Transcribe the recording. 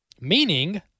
Meaning